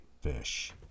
Fish